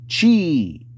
Chi